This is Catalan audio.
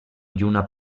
lluna